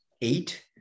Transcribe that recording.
eight